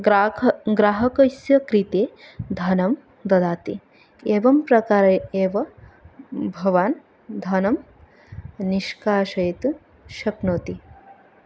ग्राहक ग्राहकस्य कृते धनं ददाति एवं प्रकारे एव भवान् धनं निष्काशयितुं शक्नोति